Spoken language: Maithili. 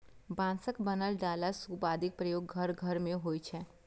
बांसक बनल डाला, सूप आदिक प्रयोग घर घर मे होइ छै